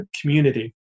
community